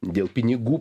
dėl pinigų